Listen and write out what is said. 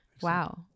wow